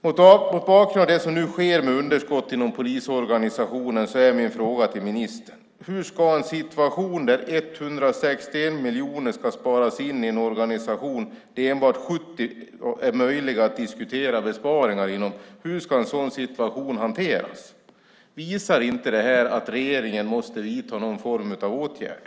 Mot bakgrund av det som nu sker i fråga om underskott inom polisorganisationen är min fråga till ministern: Hur ska en situation där 161 miljoner ska sparas in i en organisation där enbart 70 miljoner är möjliga att diskutera hanteras - visar inte detta att regeringen måste vidta någon form av åtgärd?